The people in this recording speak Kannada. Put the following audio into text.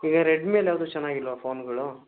ಈಗ ರೆಡ್ಮಿಯಲ್ಲಿ ಯಾವುದೂ ಚೆನ್ನಾಗಿಲ್ವಾ ಫೋನುಗಳು